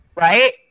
right